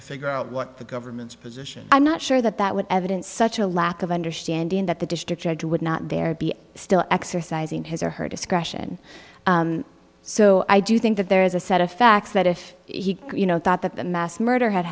figure out what the government's position i'm not sure that that would evidence such a lack of understanding that the district judge would not there be still exercising his or her discretion so i do think that there is a set of facts that if he you know thought that the mass murder had